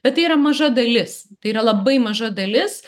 bet tai yra maža dalis tai yra labai maža dalis